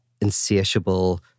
insatiable